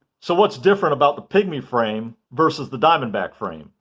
so what's different about the pygmy frame versus the diamondback frame?